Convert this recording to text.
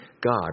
God